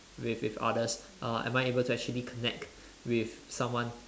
with with others uh am I actually able to connect with someone